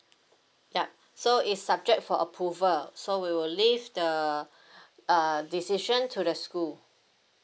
ya so is subject for approval so we will leave the uh decision to the school